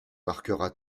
marquera